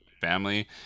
family